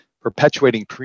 perpetuating